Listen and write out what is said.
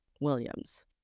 Williams